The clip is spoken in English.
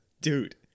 dude